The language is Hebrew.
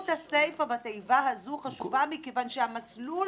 הסיפה בתיבה הזו חשובה מכיוון שהמסלול